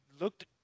looked